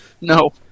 No